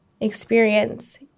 experience